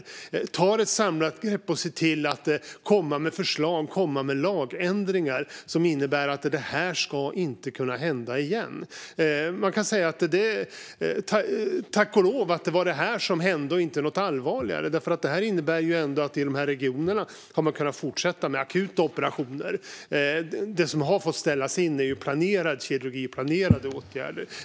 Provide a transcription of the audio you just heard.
Man måste ta ett samlat grepp och se till att komma med förslag på lagändringar och annat som innebär att detta inte ska kunna hända igen. Tack och lov var det detta som hände och inte något allvarligare, skulle man kunna säga. Det här innebär ju att man ändå har kunnat fortsätta med akuta operationer i de här regionerna. Det som har fått ställas in är planerad kirurgi och andra planerade åtgärder.